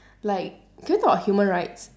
like can we talk about human rights